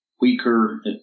weaker